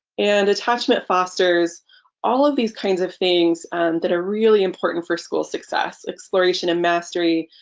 and attachment fosters all of these kinds of things that are really important for school success. exploration and mastery,